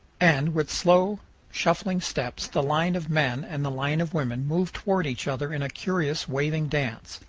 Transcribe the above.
and with slow shuffling steps the line of men and the line of women move toward each other in a curious waving dance.